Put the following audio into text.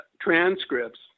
transcripts